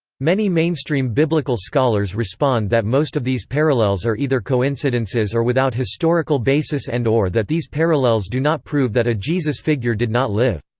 many mainstream biblical scholars respond that most of these parallels are either coincidences or without historical basis and or that these parallels do not prove that a jesus figure did not live.